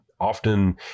Often